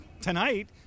tonight